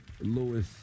Lewis